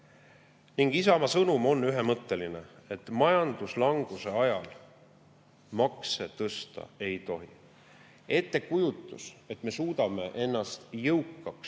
Isamaa sõnum on ühemõtteline: majanduslanguse ajal makse tõsta ei tohi. Ettekujutus, et me suudame ennast jõukaks